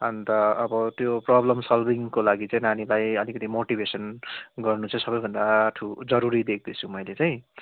अन्त अब त्यो प्रब्लम सलभिङको लागि चाहिँ नानीलाई अलिकति मोटिभेसन गर्नु चाहिँ सबैभन्दा जरुरी देख्दैछु मैले चाहिँ